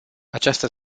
această